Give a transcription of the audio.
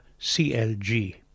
clg